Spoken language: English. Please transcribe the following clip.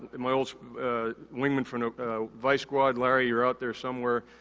and my old wingman from the vice squad, larry you're out there somewhere,